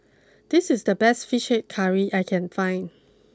this is the best Fish Head Curry that I can find